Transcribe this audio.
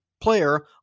player